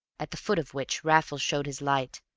at the foot of which raffles showed his light,